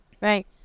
right